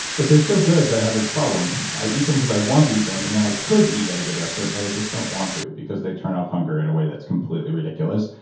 but they're so good that i have this problem. i eat them cause i want to eat them and then i could eat at a good restaurant, but i just don't want to because they turn off hunger in a way that's completely ridiculous,